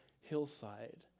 hillside